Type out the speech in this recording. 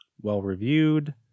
well-reviewed